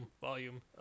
volume